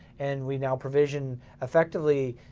and we now provision effectively,